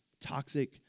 toxic